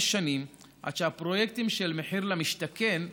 שנים עד שהפרויקטים של מחיר למשתכן ייבנו,